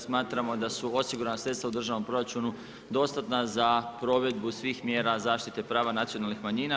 Smatramo da su osigurana sredstva u državnom proračunu dostatna za provedbu svih mjera zaštite prava nacionalnih manjina.